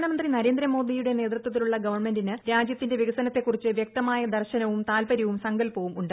പ്രധാനമന്ത്രി നരേന്ദ്രമോദിയുടെ നേതൃത്വത്തിലുള്ള ഗവൺമെന്റിന് രാജ്യത്തിന്റെ വികസനത്തെ കുറിച്ച് വൃക്തമായ ദർശനവും ്താൽപര്യവും സങ്കൽപവും ഉണ്ട്